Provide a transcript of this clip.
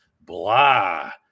blah